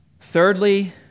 Thirdly